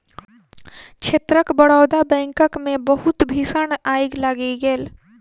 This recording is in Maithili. क्षेत्रक बड़ौदा बैंकक मे बहुत भीषण आइग लागि गेल